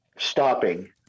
stopping